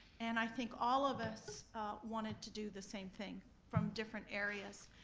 and i think all of us wanted to do the same thing from different areas.